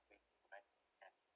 read write text